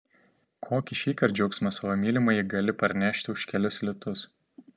kokį šįkart džiaugsmą savo mylimajai gali parnešti už kelis litus